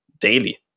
daily